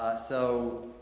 so,